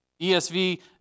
ESV